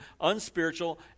unspiritual